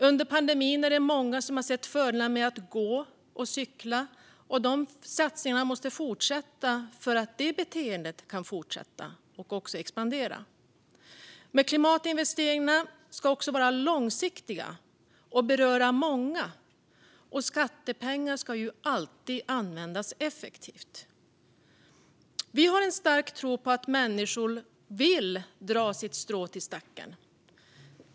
Under pandemin har många sett fördelarna med att gå och cykla. Här måste satsningarna fortsätta för att det beteendet ska kunna fortsätta och expandera. Men klimatinvesteringarna ska också vara långsiktiga och beröra många, och skattepengar ska alltid användas effektivt. Vi har en stark tro på att människor vill dra sitt strå till stacken.